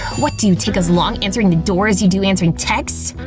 what, do you take as long answering the door as you do answering texts!